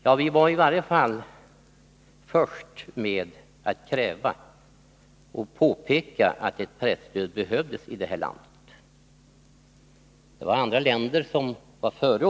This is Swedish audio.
Ja, vi var i varje fall först med att påpeka att ett presstöd behövdes i det här landet. Andra länder var före Sverige.